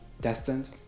destined